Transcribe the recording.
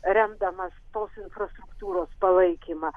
remdamas tos infrastruktūros palaikymą